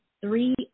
three